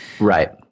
Right